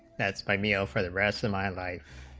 that's ideal for the rest of my life,